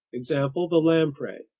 example the lamprey.